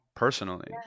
personally